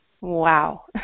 Wow